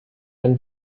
dann